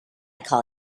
call